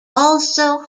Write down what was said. also